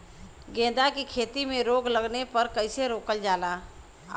गेंदा की खेती में रोग लगने पर कैसे रोकल जाला?